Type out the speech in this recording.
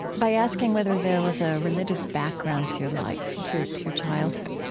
by asking whether there was a religious background to your life, and to your to your childhood